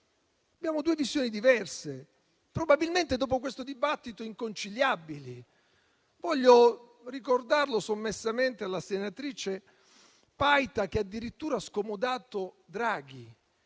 Abbiamo due visioni diverse dopo questo dibattito inconciliabile. Voglio ricordare sommessamente alla senatrice Paita, che addirittura ha scomodato Draghi.